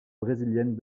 brésiliennes